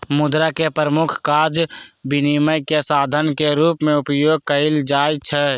मुद्रा के प्रमुख काज विनिमय के साधन के रूप में उपयोग कयल जाइ छै